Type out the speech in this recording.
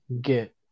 get